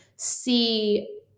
see